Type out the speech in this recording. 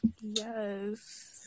Yes